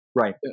Right